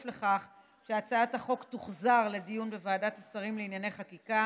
לכך שהצעת החוק תוחזר לדיון בוועדת השרים לענייני חקיקה